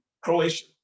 Croatia